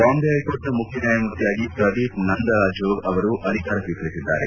ಬಾಂಬೆ ಹ್ಯೆಕೋರ್ಟ್ನ ಮುಖ್ಯ ನ್ಯಾಯಮೂರ್ತಿಯಾಗಿ ಪ್ರದೀಪ್ ನಂದರಾಜೋಗ್ ಅಧಿಕಾರ ಸ್ವೀಕರಿಸಿದ್ದಾರೆ